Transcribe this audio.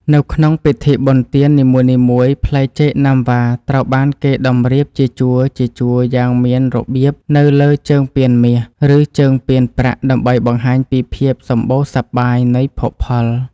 នៅក្នុងពិធីបុណ្យទាននីមួយៗផ្លែចេកណាំវ៉ាត្រូវបានគេតម្រៀបជាជួរៗយ៉ាងមានរបៀបនៅលើជើងពានមាស ឬជើងពានប្រាក់ដើម្បីបង្ហាញពីភាពសម្បូរសប្បាយនៃភោគផល។